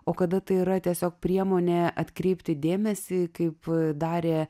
o kada tai yra tiesiog priemonė atkreipti dėmesį kaip darė